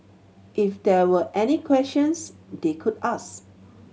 if there were any questions they could ask